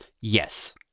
yes